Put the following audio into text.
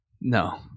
No